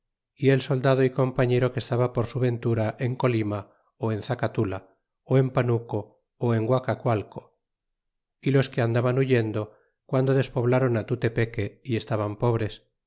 y el soldado y compañero que estaba por su ventura en colima ó en zacatula ó en guaca g ualco y los que andaban huyentio guando despoblaron tutepeefe y estaban pobres